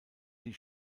die